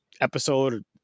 episode